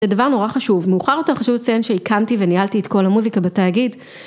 זה דבר נורא חשוב, מאוחר חשוב לציין שהקמתי וניהלתי את קול המוזיקה בתאגיד